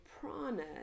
prana